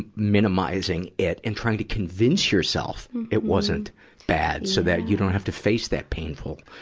minimizing it and trying to convince yourself it wasn't bad, so that you don't have to face that painful,